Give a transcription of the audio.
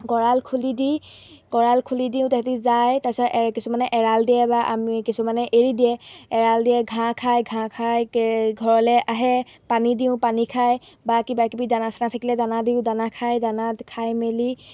গঁৰাল খুলি দি গঁৰাল খুলি দিওঁ তাহাঁতে যায় তাৰপিছত এৰ কিছুমানে এৰাল দিয়ে বা আমি কিছুমানে এৰি দিয়ে এৰাল দিয়ে ঘাঁহ খায় ঘাঁহ খাই কে ঘৰলৈ আহে পানী দিওঁ পানী খায় বা কিবা কিবি দানা চানা থাকিলে দানা দিওঁ দানা খায় দানা খাই মেলি